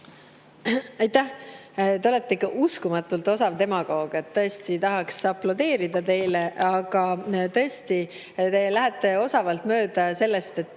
Aitäh! Te olete ikka uskumatult osav demagoog, tõesti tahaksin aplodeerida teile. Aga te lähete osavalt mööda sellest, et